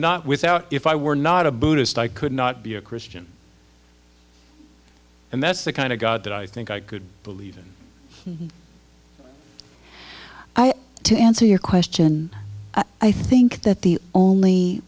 not without if i were not a buddhist i could not be a christian and that's the kind of god that i think i could believe i to answer your question i think that the only